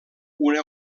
una